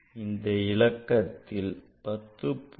அந்த இலக்கத்தில் 10